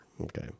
Okay